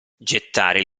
gettare